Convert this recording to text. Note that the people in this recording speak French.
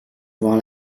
voir